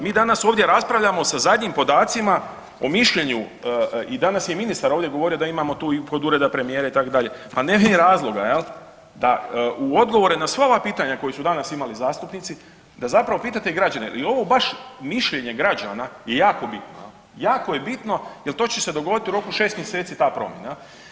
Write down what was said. Mi danas ovdje raspravljamo sa zadnjim podacima o mišljenju i danas je ministar ovdje govorio da imamo tu i kod ureda premijera itd., pa ne vidim razloga jel da u odgovore na sva ova pitanja koji su danas imali zastupnici da zapravo pitate građane jel ovo baš mišljenje građana je jako bitno jel, jako je bitno jel to će se dogoditi u roku 6 mjeseci ta promjena.